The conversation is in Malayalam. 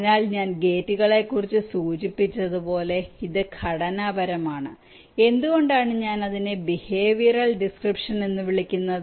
അതിനാൽ ഞാൻ ഗേറ്റുകളെക്കുറിച്ച് സൂചിപ്പിച്ചതുപോലെ ഇത് ഘടനാപരമാണ് എന്തുകൊണ്ടാണ് ഞാൻ അതിനെ ബിഹേവിയറൽ ഡിസ്ക്രിപ്ഷൻ എന്ന് വിളിക്കുന്നത്